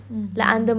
mm